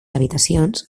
habitacions